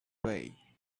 way